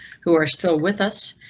who are still with us?